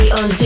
on